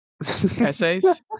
Essays